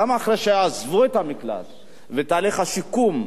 גם אחרי שעזבו את המקלט בתהליך השיקום,